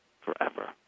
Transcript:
forever